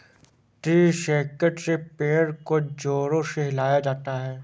tree shaker से पेड़ को जोर से हिलाया जाता है